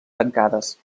tancades